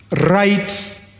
right